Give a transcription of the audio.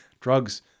Drugs